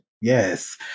Yes